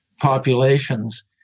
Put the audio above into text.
populations